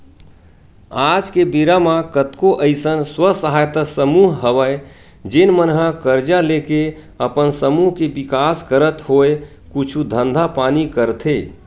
आज के बेरा म कतको अइसन स्व सहायता समूह हवय जेन मन ह करजा लेके अपन समूह के बिकास करत होय कुछु धंधा पानी करथे